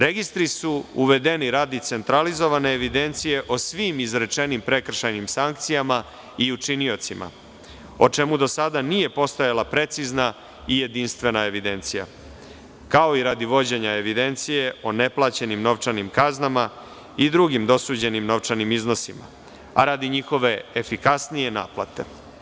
Registri su uvedeni radi centralizovane evidencije o svim izrečenim prekršajnim sankcijama i učiniocima, o čemu do sada nije postojala precizna i jedinstvena evidencija, kao i radi vođenja evidencije o neplaćenim novčanim kaznama i drugim dosuđenim novčanim iznosima, a radi njihove efikasnije naplate.